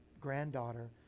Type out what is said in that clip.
granddaughter